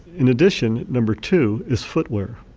in addition, number two is footwear.